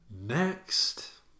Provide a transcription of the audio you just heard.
Next